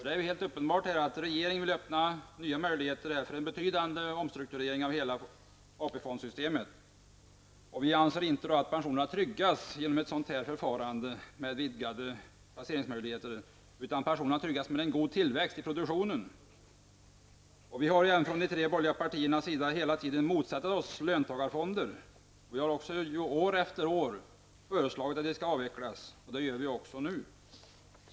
Det är helt uppenbart att regeringen här vill öppna nya möjligheter för en betydande omstrukturering av hela AP-fondsystemet. Vi anser inte att pensionerna tryggas med ett förfarande med utökade placeringsmöjligheter. Det tryggas med en god tillväxt i produktionen. Från de borgerliga partiernas sida har vi hela tiden motsatt oss löntagarfonder. Vi har också år efter år föreslagit att de skall avvecklas, och det gör vi också nu.